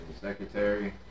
secretary